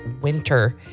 winter